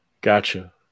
Gotcha